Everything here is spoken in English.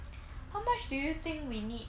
how much do you think we need